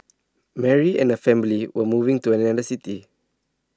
Mary and her family were moving to another city